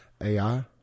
AI